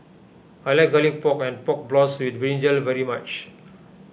I like Garlic Pork and Pork Floss with Brinjal very much